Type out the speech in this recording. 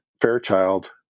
Fairchild